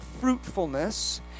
fruitfulness